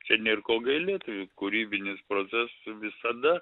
čia nėr ko gailėt tai kūrybinis proces visada